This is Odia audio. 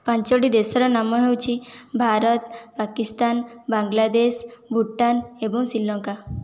ପାଞ୍ଚୋଟି ଦେଶର ନାମ ହେଉଛି ଭାରତ ପାକିସ୍ତାନ ବାଂଲାଦେଶ ଭୁଟାନ ଏବଂ ଶ୍ରୀଲଙ୍କା